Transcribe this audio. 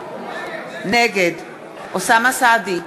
נגד אוסאמה סעדי,